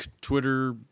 Twitter